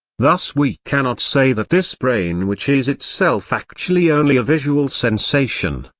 thus we cannot say that this brain which is itself actually only a visual sensation,